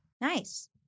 Nice